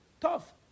Tough